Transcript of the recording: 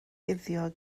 guddio